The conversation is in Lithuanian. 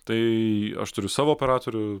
tai aš turiu savo operatorių